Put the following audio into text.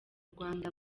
rwanda